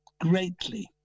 greatly